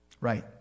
Right